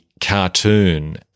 cartoon